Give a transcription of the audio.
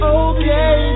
okay